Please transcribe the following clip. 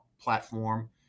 platform